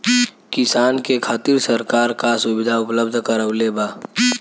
किसान के खातिर सरकार का सुविधा उपलब्ध करवले बा?